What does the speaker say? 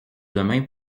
demain